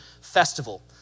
festival